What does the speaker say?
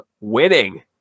winning